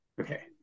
Okay